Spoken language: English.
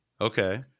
Okay